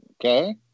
Okay